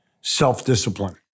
self-discipline